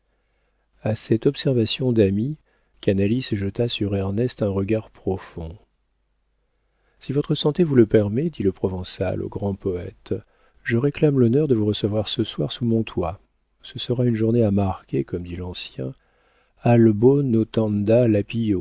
a cette observation d'ami canalis jeta sur ernest un regard profond si votre santé vous le permet dit le provençal au grand poëte je réclame l'honneur de vous recevoir ce soir sous mon toit ce sera une journée à marquer comme dit l'ancien